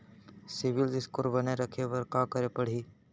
CIBIL score बने रखे बर का करे पड़ही?